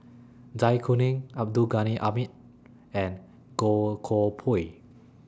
Zai Kuning Abdul Ghani Hamid and Goh Koh Pui